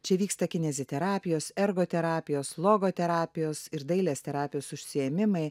čia vyksta kineziterapijos ergoterapijos logoterapijos ir dailės terapijos užsiėmimai